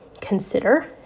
consider